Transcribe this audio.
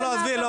עזבי.